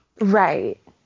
Right